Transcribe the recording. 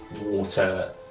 water